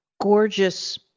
gorgeous